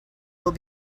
will